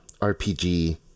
RPG